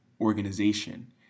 organization